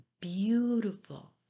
beautiful